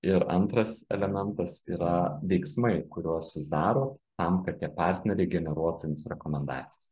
ir antras elementas yra veiksmai kuriuos jūs darot tam kad tie partneriai generuotų jums rekomendacijas